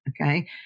Okay